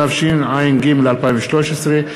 התשע"ג 2013,